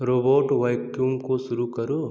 robot vacuum को शुरू करो